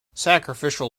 sacrificial